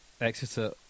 Exeter